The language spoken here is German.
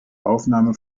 aufnahme